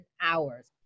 hours